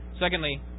Secondly